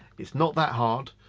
it's not that hard.